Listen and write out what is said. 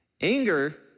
Anger